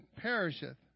perisheth